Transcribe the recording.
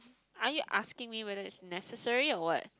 are you asking me whether is necessary or what